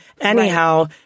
Anyhow